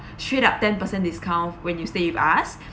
straight up ten percent discount when you stay with us